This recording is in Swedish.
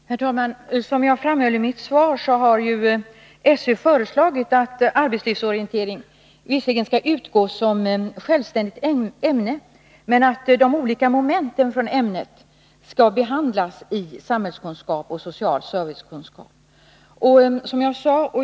Herr talman! Som jag framhöll i mitt svar har SÖ föreslagit att ämnet arbetslivsorientering visserligen skall utgå som självständigt ämne men att de olika momenten från det ämnet skall tas in i och behandlas tillsammans med ämnena samhällskunskap och social servicekunskap.